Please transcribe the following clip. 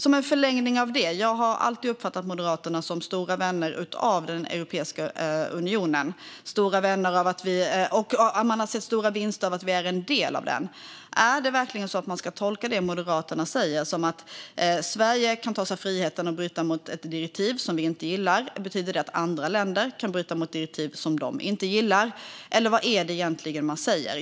Som en förlängning av det vill jag säga att jag alltid har uppfattat Moderaterna som stora vänner av Europeiska unionen och att man har sett stora vinster med att vi är en del av den. Ska man tolka det Moderaterna säger som att Sverige kan ta sig friheten att bryta mot ett direktiv som vi inte gillar? Betyder det att andra länder kan bryta mot direktiv som de inte gillar? Vad är det egentligen man säger?